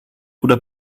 oder